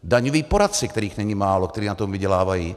Daňoví poradci, kterých není málo, kteří na tom vydělávají.